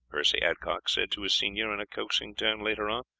percy adcock said to his senior in a coaxing tone later on,